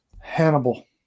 Hannibal